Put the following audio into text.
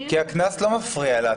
כי הקנס לא מפריע לה.